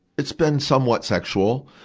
it's been somewhat sexual.